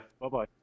Bye-bye